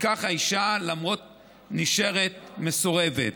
וכך האישה נשארת מסורבת.